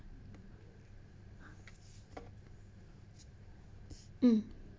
mm